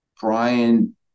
Brian